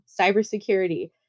cybersecurity